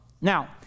Now